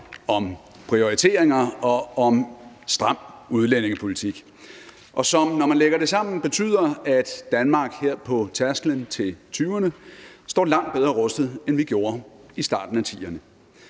om prioriteringer og om en stram udlændingepolitik, og som, når man lægger det sammen, betyder, at Danmark her på tærsklen til 2020'erne står langt bedre rustet, end vi gjorde i starten af 2010'erne.